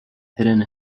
hidden